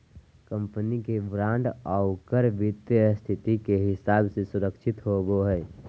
company के bond ओकर वित्तीय स्थिति के हिसाब से सुरक्षित होवो हइ